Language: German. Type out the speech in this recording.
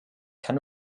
kann